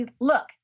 look